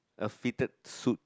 a fitted suit